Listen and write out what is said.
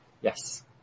Yes